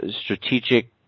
strategic